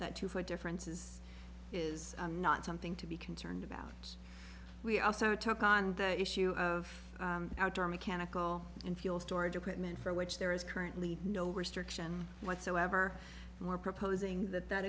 that two foot differences is not something to be concerned about we also took on the issue of outdoor mechanical and fuel storage equipment for which there is currently no restriction whatsoever and we're proposing that that